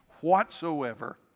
whatsoever